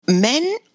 Men